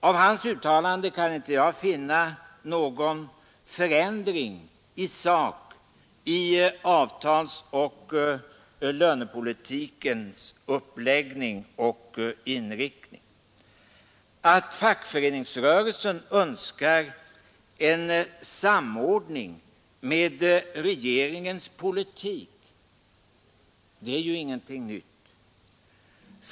I hans uttalande kan inte jag finna någon förändring i sak i avtalsoch lönepolitikens uppläggning och inriktning. Att fackföreningsrörelsen önskar en samordning med regeringens politik är ju ingenting nytt.